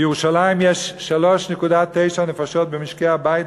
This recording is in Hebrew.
בירושלים יש 3.9 נפשות במשקי-הבית,